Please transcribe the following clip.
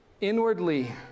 inwardly